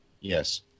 Yes